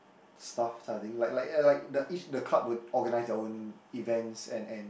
stuff kind of thing like like ya like the each the club would organise their own events and and